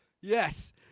yes